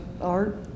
Art